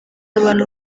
abantu